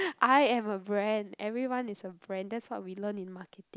I am a brand everyone is a brand that's what we learnt in marketing